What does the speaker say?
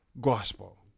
gospel